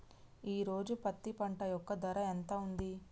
ఈ రోజు పత్తి పంట యొక్క ధర ఎంత ఉంది?